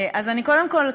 אני קודם כול,